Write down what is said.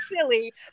silly